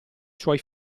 suoi